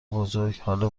بزرگ، هال